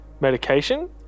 medication